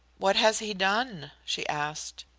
what has he done? she asked.